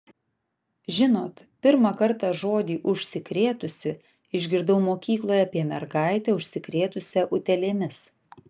žinot pirmą kartą žodį užsikrėtusi išgirdau mokykloje apie mergaitę užsikrėtusią utėlėmis